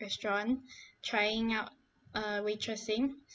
restaurant trying out uh waitressing